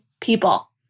people